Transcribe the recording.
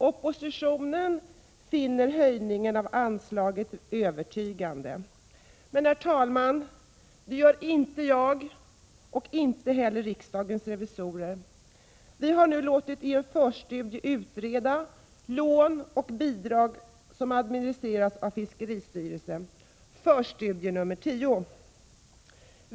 Oppositionen finner motiveringen för höjning av anslaget övertygande. Men, herr talman, det gör inte jag, och inte heller riksdagens revisorer. Vi har låtit utreda lån och bidrag som administreras av fiskeristyrelsen, i Förstudie 10.